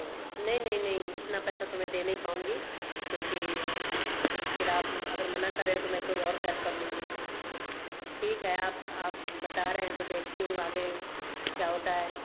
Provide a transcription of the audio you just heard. तो नहीं नहीं नहीं मैं इतना पैसा तो मैं दे नहीं पाऊँगी क्योंकि फिर आप अगर मना कर रहे हैं तो मैं कोई और कैब कर लूँगी ठीक है आप आप बता रहे हैं तो देखती हूँ आगे क्या होता है